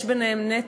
יש ביניהם נתק,